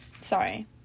Sorry